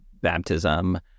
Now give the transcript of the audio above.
baptism